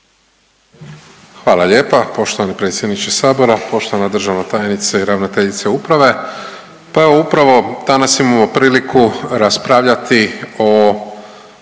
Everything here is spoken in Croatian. Hvala lijepa poštovani predsjedniče sabora, poštovana državna tajnice i ravnateljice uprave. Pa evo upravo danas imamo priliku raspravljati o